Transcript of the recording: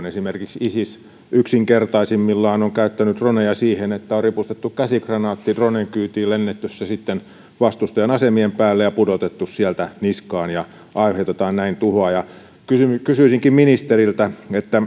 esimerkiksi isis yksinkertaisimmillaan on käyttänyt droneja siihen että on ripustettu käsikranaatti dronen kyytiin lennätetty se sitten vastustajan asemien päälle ja pudotettu sieltä niskaan ja aiheutetaan näin tuhoa kysyisinkin ministeriltä